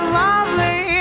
lovely